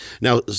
Now